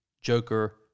Joker